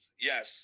yes